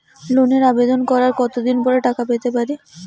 লোনের আবেদন করার কত দিন পরে টাকা পেতে পারি?